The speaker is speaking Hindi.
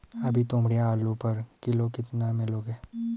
अभी तोमड़िया आलू पर किलो कितने में लोगे?